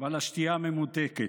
ועל השתייה הממותקת.